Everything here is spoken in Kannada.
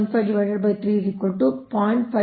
525 ಕ್ಕೆ ಸಮಾನವಾಗಿರುತ್ತದೆ ಅದು 0